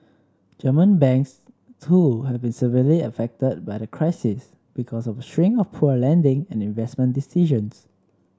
German banks too have been severely affected by the crisis because of a string of poor lending and investment decisions